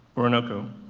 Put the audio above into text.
orinoco.